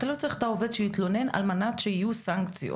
אתה לא צריך את העובד שיתלונן על מנת שיהיו סנקציות.